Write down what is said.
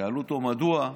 שאלו אותו: מדוע?